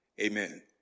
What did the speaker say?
Amen